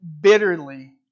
bitterly